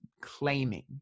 claiming